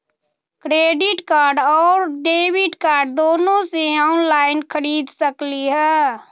Credit card और debit card दोनों से ऑनलाइन खरीद सकली ह?